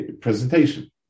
presentation